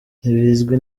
ntibizwi